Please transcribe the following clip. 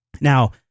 now